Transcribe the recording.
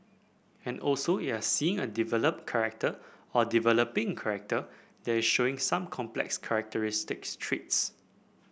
and also you're seeing a developed character or a developing character that showing some complex characteristic traits